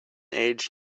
age